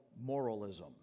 moralism